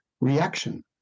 reaction